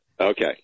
Okay